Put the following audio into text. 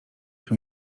się